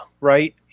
right